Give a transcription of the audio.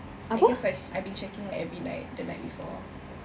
I guess I I've been checking like every night the night before